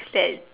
that